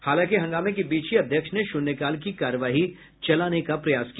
हालांकि हंगामे के बीच ही अध्यक्ष ने शून्यकाल की कार्यवाही चलाने का प्रयास किया